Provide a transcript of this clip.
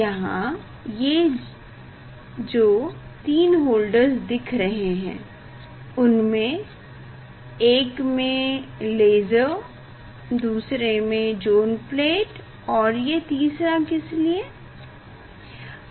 यहाँ ये जो तीन होल्डेर्स दिख रहें है उनमें एक में लेसर दूसरे में ज़ोन प्लेट तो ये तीसरा किसलिए है